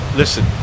listen